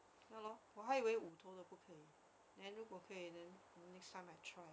ya lor 我还以为五头的不可以 then 如果可以 then next time I try